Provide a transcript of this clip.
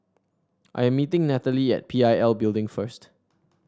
I am meeting Nathaly at P I L Building first